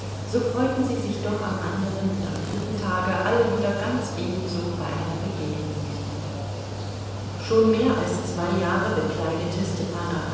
so freuten sie sich doch am anderen und am dritten tage alle wieder ganz ebenso bei einer begegnung mit ihm schon mehr als zwei jahre bekleidete stepan